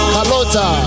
Kalota